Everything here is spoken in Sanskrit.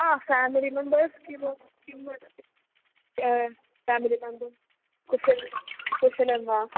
आ फ़्यामिलि मेम्बर् स्म किं फ़्यामिलि मेम्बर् कुशलं कुशलं वा